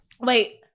Wait